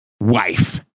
Wife